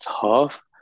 tough